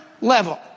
level